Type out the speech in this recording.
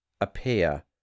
appear